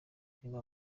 ririmo